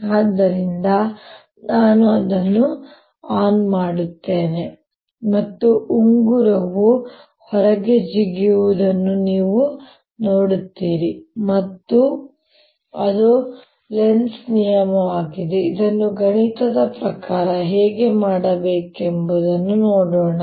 ಆದ್ದರಿಂದ ನಾನು ಅದನ್ನು ಆನ್ ಮಾಡುತ್ತೇನೆ ಮತ್ತು ಉಂಗುರವು ಹೊರಗೆ ಜಿಗಿಯುವುದನ್ನು ನೀವು ನೋಡುತ್ತೀರಿ ಮತ್ತು ಅದು ಲೆನ್ಜ್ ನಿಯಮವಾಗಿದೆ ಇದನ್ನು ಗಣಿತದ ಪ್ರಕಾರ ಹೇಗೆ ಮಾಡಬೇಕೆಂದು ಈಗ ನೋಡೋಣ